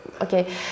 okay